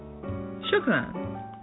shukran